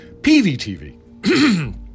PVTV